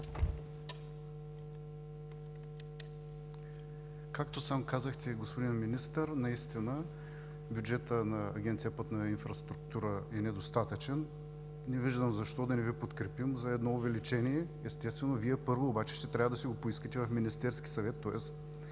Както сам казахте, господин Министър, наистина бюджетът на Агенция „Пътна инфраструктура“ е недостатъчен, не виждам защо да не Ви подкрепим за едно увеличение. Естествено, първо Вие обаче ще трябва да си го поискате в Министерския съвет.